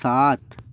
सात